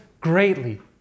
greatly